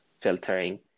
filtering